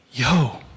Yo